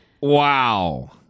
Wow